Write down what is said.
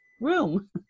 room